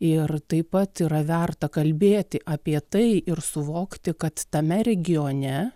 ir taip pat yra verta kalbėti apie tai ir suvokti kad tame regione